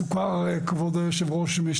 אתה משתמש בסוכר מדי פעם, כבוד היושב ראש?